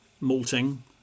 malting